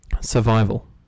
survival